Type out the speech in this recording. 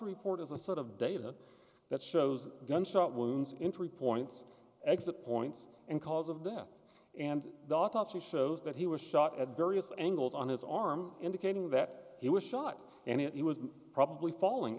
report is a sort of data that shows gunshot wounds entry points exit points and cause of death and the autopsy shows that he was shot at various angles on his arm indicating that he was shot and it was probably falling